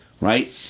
right